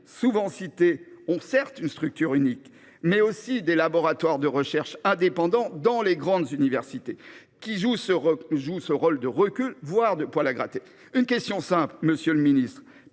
souvent cités, ont certes une structure unique, mais aussi des laboratoires de recherche indépendants dans les grandes universités, qui jouent ce rôle de recul, voire de poil à gratter. J’ai donc une question simple à vous poser, monsieur le ministre